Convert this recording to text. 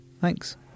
Thanks